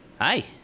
Hi